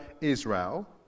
Israel